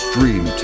Dream